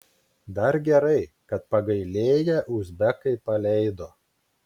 dar gerai kad pagailėję uzbekai paleido